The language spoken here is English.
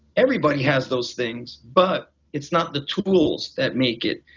everybody has those things. but it's not the tools that make it.